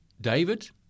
David